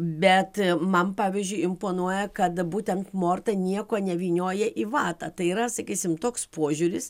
bet man pavyzdžiui imponuoja kad būtent morta nieko nevynioja į vatą tai yra sakysim toks požiūris